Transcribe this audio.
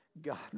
God